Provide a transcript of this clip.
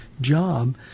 job